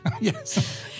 Yes